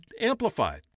Amplified